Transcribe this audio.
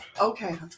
Okay